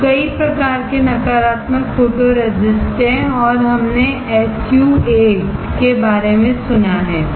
अब कई प्रकार के नकारात्मक फोटोरेसिस्ट हैं और हमने SU 8 के बारे में सुना है